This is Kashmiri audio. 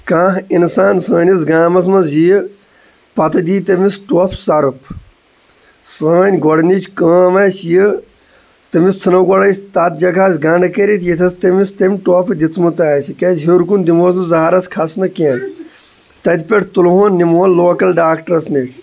کانٛہہ اِنسان سٲنِس گامَس منٛز ییہِ پَتہٕ دی تیٚمِس ٹوٚپھ سَرُپھ سٲنۍ گۄڈنِچ کٲم آسہِ یہِ تیٚمِس ژھٕنو گۄڈٕ أسۍ تَتھ جگہَس گنٛڈ کٔرِتھ ییٚتیٚس تیٚمِس تیٚم ٹوٚپھ دِژمٕژ آسہِ کیازِ ہیوٚر کُن دِمہوس نہٕ زہرَس کھَسنہٕ کینٛہہ تَتہِ پٮ۪ٹھ تُلہٕ ہون نِمہٕ ہون لوکَل ڈاکٹرٛس نِش